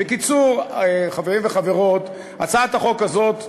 בקיצור, חברים וחברות, הצעת החוק הזאת,